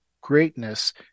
greatness